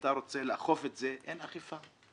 כשאתה רוצה לאכוף את זה אין אכיפה.